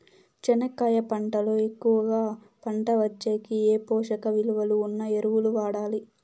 చెనక్కాయ పంట లో ఎక్కువగా పంట వచ్చేకి ఏ పోషక విలువలు ఉన్న ఎరువులు వాడాలి?